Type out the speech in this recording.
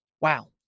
Wow